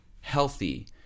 healthy